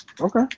Okay